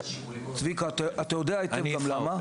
צביקה, אתה גם יודע היטב למה.